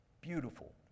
Beautiful